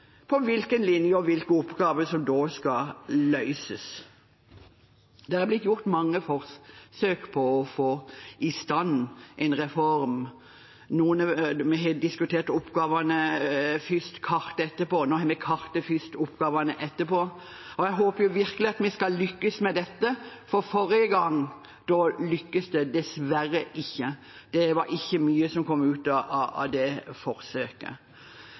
for hvilken linje man har lagt seg på, og hvilke oppgaver som skal løses. Det er blitt gjort mange forsøk på å få i stand en reform. Vi har diskutert oppgavene først og kartet etterpå. Nå har vi kartet først og oppgavene etterpå. Jeg håper virkelig at vi lykkes med dette, for vi lyktes dessverre ikke forrige gang. Det var ikke mye som kom ut av det forsøket.